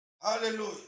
Hallelujah